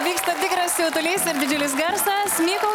vyksta tikras jaudulys ir didžiulis garsas mykolai